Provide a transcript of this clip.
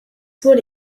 wurde